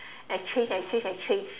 and change and change and change